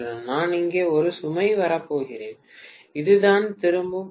நான் இங்கே ஒரு சுமை வரப்போகிறேன் இதுதான் திரும்பும் பாதை